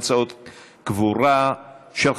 צה"ל, זהו, פשוט מעייף.